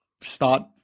start